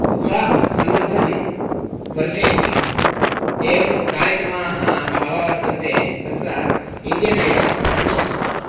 स्वसमृद्धं वर्धयन्ति एवं कार्यक्रमाः बहवः वर्तन्ते तत्र इण्डियन् ऐडोल् अन्यतमः